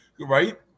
right